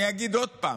אני אגיד עוד פעם.